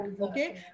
okay